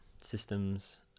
systems